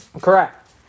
Correct